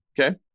Okay